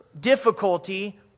difficulty